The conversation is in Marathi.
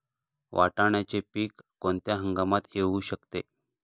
वाटाण्याचे पीक कोणत्या हंगामात येऊ शकते?